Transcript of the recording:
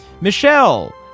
Michelle